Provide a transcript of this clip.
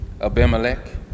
Abimelech